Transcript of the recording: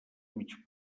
mig